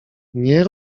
nie